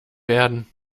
werden